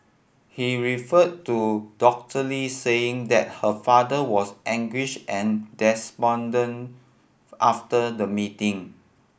he referred to Dr Lee saying that her father was anguish and despondent after the meeting